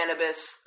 cannabis